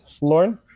Lauren